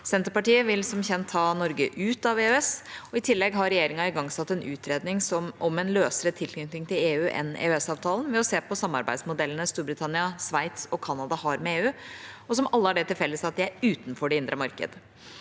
Senterpartiet vil ha Norge ut av EØS. I tillegg har regjeringen igangsatt en utredning om en løsere tilknytning til EU enn EØS-avtalen, ved å se på samarbeidsmodellene Storbritannia, Sveits og Canada har med EU, som alle har det til felles at de er utenfor det indre marked.